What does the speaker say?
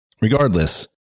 Regardless